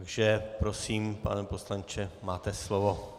Takže prosím, pane poslanče, máte slovo.